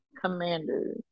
Commander